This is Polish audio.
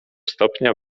stopnia